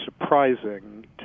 surprising